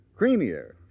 creamier